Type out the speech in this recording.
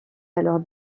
alors